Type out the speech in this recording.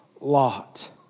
lot